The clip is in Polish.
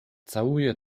całuję